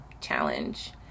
challenge